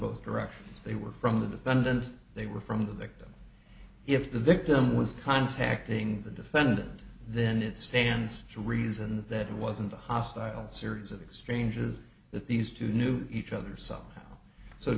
both directions they were from the defendant they were from the victim if the victim was contacting the defendant then it stands to reason that it wasn't a hostile series of exchanges that these two knew each other so so